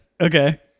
Okay